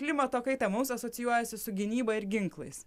klimato kaita mums asocijuojasi su gynyba ir ginklais